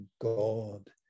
god